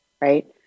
right